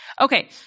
Okay